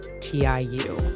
TIU